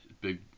big